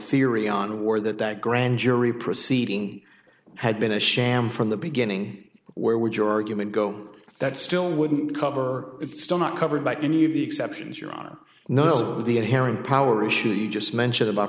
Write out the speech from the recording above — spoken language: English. theory on war that that grand jury proceeding had been a sham from the beginning where would your argument go that still wouldn't cover it's still not covered by any of the exceptions you're gonna know who the inherent power issues are you just mentioned about